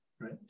right